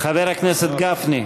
חבר הכנסת גפני.